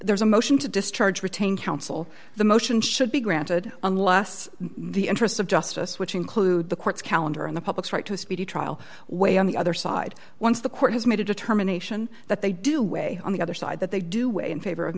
there's a motion to discharge retain counsel the motion should be granted unless interests of justice which include the court's calendar in the public's right to a speedy trial way on the other side once the court has made a determination that they do weigh on the other side that they do weigh in favor of